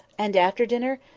and after dinner,